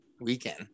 weekend